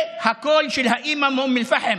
זה הקול של האימא מאום אל-פחם